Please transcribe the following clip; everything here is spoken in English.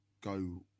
go